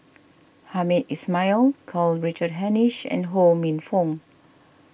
Hamed Ismail Karl Richard Hanitsch and Ho Minfong